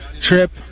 trip